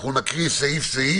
אנחנו נקריא סעיף-סעיף